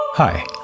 Hi